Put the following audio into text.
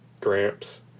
Gramps